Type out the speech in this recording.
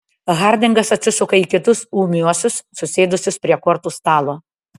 hardingas atsisuka į kitus ūmiuosius susėdusius prie kortų stalo